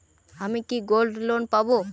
আমি কি gold loan পাবো?